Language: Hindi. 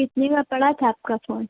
कितने का पड़ा था आपका फोन